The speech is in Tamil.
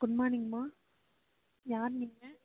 குட் மார்னிங்மா யார் நீங்கள்